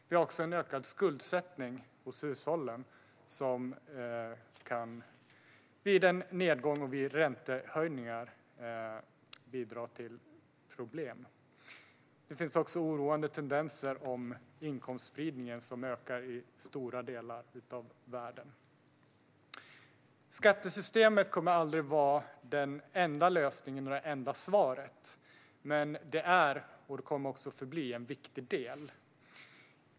Vi har också en ökad skuldsättning hos hushållen som vid nedgång och räntehöjningar kan bidra till problem. Det finns också oroande tendenser om inkomstspridningen, som ökar i stora delar av världen. Skattesystemet kommer aldrig att vara den enda lösningen eller det enda svaret, men det är och förblir en viktig del.